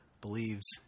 believes